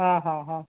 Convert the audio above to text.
ହ ହ ହେଉ